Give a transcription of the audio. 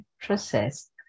process